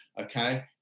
okay